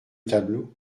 tableau